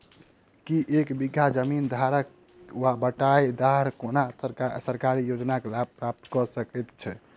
की एक बीघा जमीन धारक वा बटाईदार कोनों सरकारी योजनाक लाभ प्राप्त कऽ सकैत छैक?